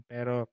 Pero